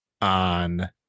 on